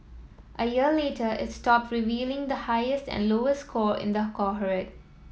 a year later it stopped revealing the highest and lowest score in the cohort